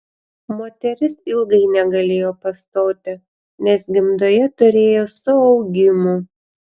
moteris ilgai negalėjo pastoti nes gimdoje turėjo suaugimų